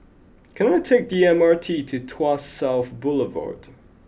can I take the M R T to Tuas South Boulevard